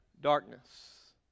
darkness